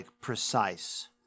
precise